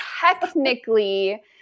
technically